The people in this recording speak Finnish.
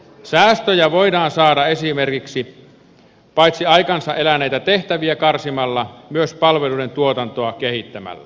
säästöjä voidaan saada esimerkiksi paitsi aikansa eläneitä tehtäviä karsimalla myös palveluiden tuotantoa kehittämällä